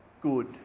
good